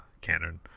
canon